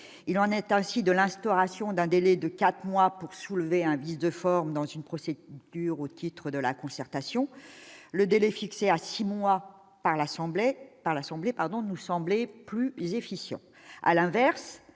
il en est ainsi de l'instauration d'un délai de 4 mois pour soulever un vice de forme dans une procédure dure au titre de la concertation, le délai fixé à 6 mois à l'Assemblée par l'Assemblée,